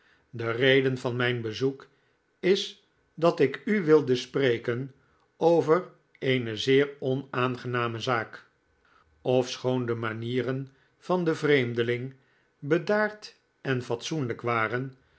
de reden van mijn bezoek is dat ik u wilde spreken over eene zeer onaangename zaak ofschoon de'manieren van den vreemdeling bedaard en fatsoenlijk waren